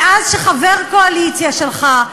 מאז אמר חבר קואליציה שלך,